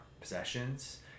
possessions